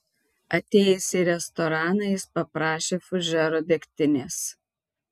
atėjęs į restoraną jis paprašė fužero degtinės